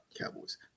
Cowboys